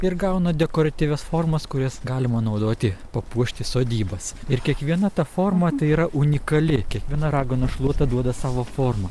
ir gauna dekoratyvias formas kurias galima naudoti papuošti sodybas ir kiekviena ta forma tai yra unikali kiekviena raganos šluota duoda savo formą